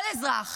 כל אזרח,